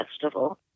Festival